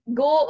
go